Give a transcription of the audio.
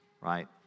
right